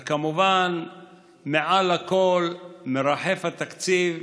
וכמובן מעל הכול מרחף התקציב,